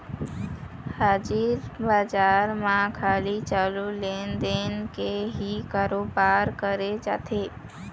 हाजिर बजार म खाली चालू लेन देन के ही करोबार करे जाथे